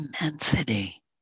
immensity